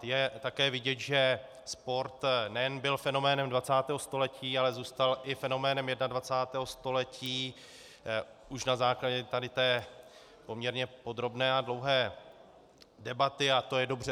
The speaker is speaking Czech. Je také vidět, že sport nejen byl fenoménem 20. století, ale zůstal i fenoménem 21. století už na základě tady té poměrně podrobné a dlouhé debaty a to je dobře.